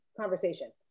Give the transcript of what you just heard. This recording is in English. conversation